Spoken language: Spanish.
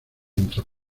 entra